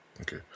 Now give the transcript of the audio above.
Okay